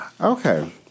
Okay